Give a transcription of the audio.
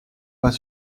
pas